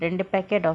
ரெண்டு:rendu packet of